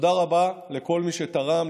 תודה רבה לכל מי שתרם,